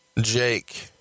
Jake